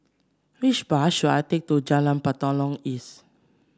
which bus should I take to Jalan Batalong East